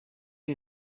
you